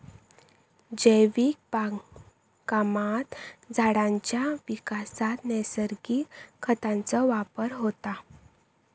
जैविक बागकामात झाडांच्या विकासात नैसर्गिक खतांचो वापर होता